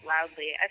loudly